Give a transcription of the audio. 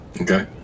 Okay